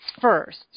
first